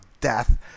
death